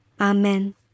Amen